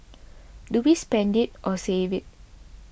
do we spend it or save it